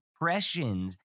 impressions